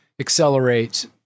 accelerates